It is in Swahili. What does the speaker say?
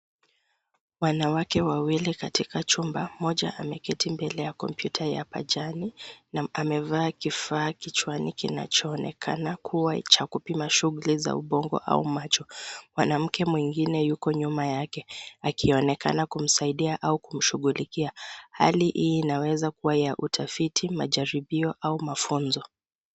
Wanawake wawili katika chumba. Mmoja ameketi mbele ya kompyuta ya pajani na amevaa kifaa kichwani kinachoonekana kama cha kupima shughuli za ubongo au macho. Mwanamke mwingine yuko nyuma yake akionekana kumsaidia au kumshughulikia. Hali hii inaweza kuwa ya utafiti, majaribio au mafunzo.